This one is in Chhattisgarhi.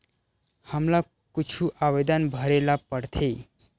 हमला कुछु आवेदन भरेला पढ़थे?